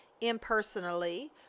impersonally